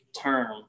term